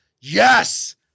yes